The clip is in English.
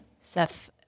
Seth